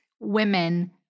women